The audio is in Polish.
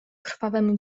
krwawemu